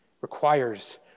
requires